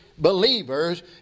Believers